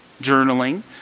journaling